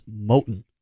Moten